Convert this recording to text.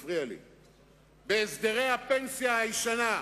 בהסדרי הפנסיה הישנה.